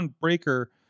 Breaker